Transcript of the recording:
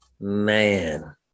man